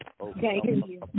Okay